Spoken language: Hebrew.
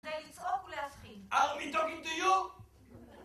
זה לצעוק או להתחיל? I'll be talking to you!